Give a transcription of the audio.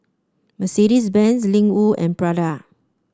Mercedes Benz Ling Wu and Prada